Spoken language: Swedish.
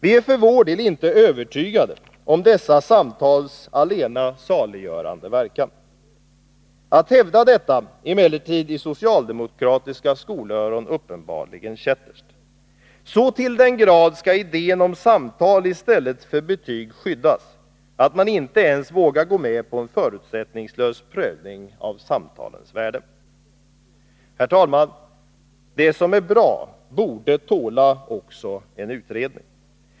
Vi är för vår del inte övertygade om dessa samtals allena saliggörande verkan. Att hävda detta är emellertid i socialdemokratiska skolöron uppenbarligen kätterskt. Så till den grad skall idén om samtal i stället för betyg skyddas, att man inte ens vågar gå med på en förutsättningslös prövning av samtalens värde. Herr talman! Det som är bra borde tåla också en utredning.